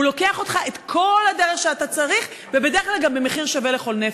לוקח אותך את כל הדרך שאתה צריך ובדרך כלל גם במחיר שווה לכל נפש.